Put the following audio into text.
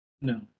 No